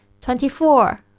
Twenty-four